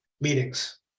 meetings